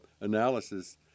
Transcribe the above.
analysis